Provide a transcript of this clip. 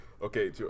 Okay